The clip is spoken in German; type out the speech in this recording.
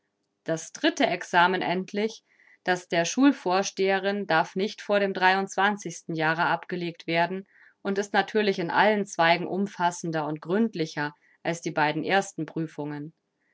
das dritte examen endlich das der schul vorsteherin darf nicht vor dem jahre abgelegt werden und ist natürlich in allen zweigen umfassender und gründlicher als die beiden ersten prüfungen